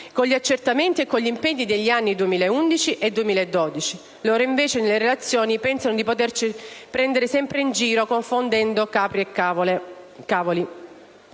con gli accertamenti e con gli impegni degli anni 2011 e 2012; loro, invece, nelle relazioni pensano di poterci prendere in giro confondendo capre e cavoli.